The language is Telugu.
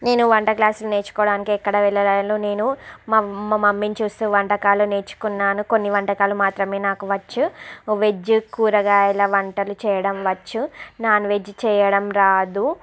నేను వంట క్లాసులు నేర్చుకోవడానికి ఎక్కడా వెళ్ళలేదు నేను మ మా మమ్మీని చూస్తూ వంటకాలు నేర్చుకున్నాను కొన్ని వంటకాలు మాత్రమే నాకు వచ్చు వెజ్ కూరగాయల వంటలు చెయ్యడం వచ్చు నాన్ వెజ్ చెయ్యడం రాదు